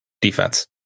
defense